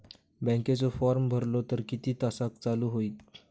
बँकेचो फार्म भरलो तर किती तासाक चालू होईत?